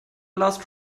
last